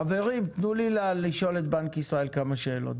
חברים, תנו לי לשאול את בנק ישראל כמה שאלות.